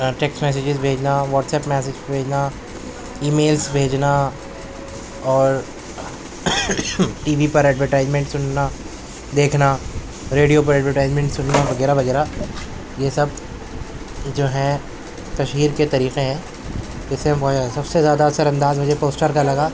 text messages بھیجنا WhatsApp message بھیجنا emails بھیجنا اور ٹی وی پر ایڈورٹائزمنٹ سننا دیکھنا ریڈیو پر ایڈورٹائزمنٹ سننا وغیرہ وغیرہ یہ سب جو ہیں تشہیر کے طریقے ہیں جیسے میں سب سے زیادہ اثرانداز مجھے پوسٹر کا لگا